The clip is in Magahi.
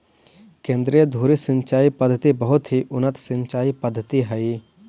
केन्द्रीय धुरी सिंचाई पद्धति बहुत ही उन्नत सिंचाई पद्धति हइ